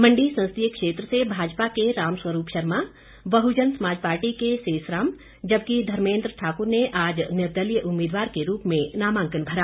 मंडी संसदीय क्षेत्र से भाजपा के राम स्वरूप शर्मा बहुजन समाज पार्टी के सेसराम जबकि धर्मेन्द्र ठाकुर ने आज निर्दलीय उम्मीदवार के रूप में नामांकन भरा